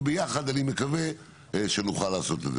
וביחד אני מקווה שנוכל לעשות את זה.